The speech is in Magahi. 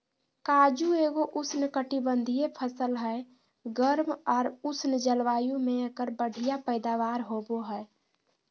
काजू एगो उष्णकटिबंधीय फसल हय, गर्म आर उष्ण जलवायु मे एकर बढ़िया पैदावार होबो हय